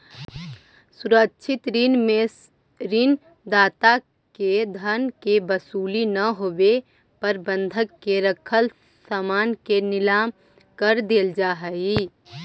सुरक्षित ऋण में ऋण दाता के धन के वसूली ना होवे पर बंधक के रखल सामान के नीलाम कर देल जा हइ